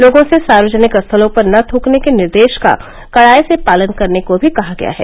लोगों से सार्वजनिक स्थलों पर न थूकने के निर्देश का कड़ाई से पालन करने को भी कहा गया है